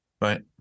Right